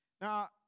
Now